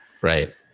Right